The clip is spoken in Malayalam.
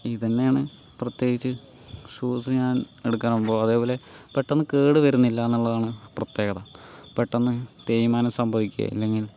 ഇത് തന്നെയാണ് പ്രത്യേകിച്ച് ഷൂസ് ഞാൻ എടുക്കാൻ പോവുക അതേപോലെ തന്നെ പെട്ടന്ന് കേട് വരുന്നില്ലാന്നൊള്ളതാണ് പ്രത്യേകത പെട്ടന്ന് തേയ്മാനം സംഭവിക്കുക അല്ലങ്കിൽ